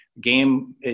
Game